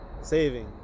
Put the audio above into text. Saving